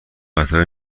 قطار